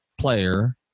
player